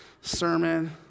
sermon